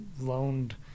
loaned